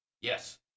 Yes